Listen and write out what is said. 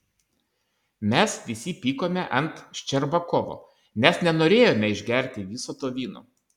mes visi pykome ant ščerbakovo nes nenorėjome išgerti viso to vyno